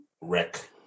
wreck